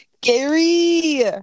Gary